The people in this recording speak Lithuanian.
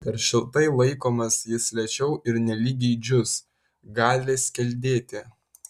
per šiltai laikomas jis lėčiau ir nelygiai džius gali skeldėti